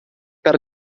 per